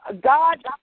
God